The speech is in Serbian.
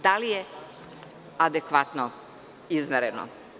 Da li je adekvatno izmereno?